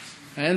מנדטים.